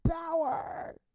power